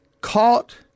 caught